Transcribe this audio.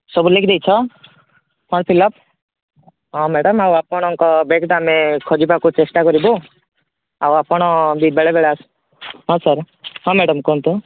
ସବୁ ଲେଖି ଦେଇଛ ଫର୍ମ ଫିଲ୍ ଅପ୍ ହଁ ମ୍ୟାଡ଼ାମ୍ ଆଉ ଆପଣଙ୍କ ବ୍ୟାଗ୍ ଟା ଆମେ ଖୋଜିବାକୁ ଚେଷ୍ଟା କରିବୁ ଆଉ ଆପଣ ବି ବେଳେ ବେଳେ ଆସୁ ହଁ ସାର୍ ହଁ ମ୍ୟାଡ଼ାମ୍ କୁହନ୍ତୁ